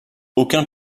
aucun